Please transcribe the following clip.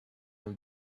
your